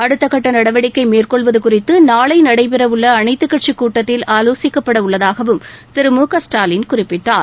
அடுத்தக்கட்ட நடவடிக்கை மேற்கொள்வது குறித்து நாளை நடைபெறவுள்ள அனைத்துக் கட்சிக் கூட்டத்தில் ஆலோசிக்கப்பட உள்ளதாகவும் திரு மு க ஸ்டாலின் குறிப்பிட்டார்